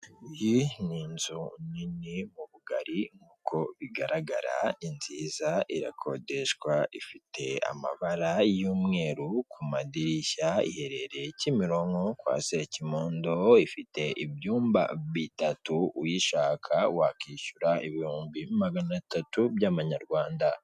Iyi ni inzu nini mu bugari nkuko bigaragara ni nziza irakodeshwa ifite amabara y'umweru ku madirishya iherereye kimironko kwa Sekimondo ifite ibyumba bitatu uyishaka wakishyura ibihumbi maganatatu by'amanyarwanda.